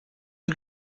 you